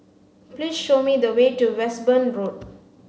please show me the way to Westbourne Road